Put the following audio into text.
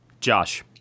Josh